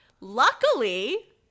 luckily